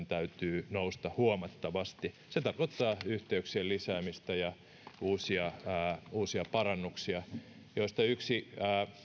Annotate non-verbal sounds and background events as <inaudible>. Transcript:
<unintelligible> täytyy nousta huomattavasti se tarkoittaa yhteyksien lisäämistä ja uusia uusia parannuksia joista yksi